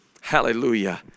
Hallelujah